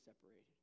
separated